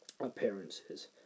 appearances